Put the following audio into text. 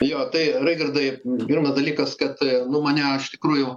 jo tai raigardai pirmas dalykas kad nu mane iš tikrųjų